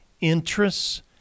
interests